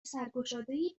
سرگشادهای